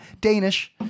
Danish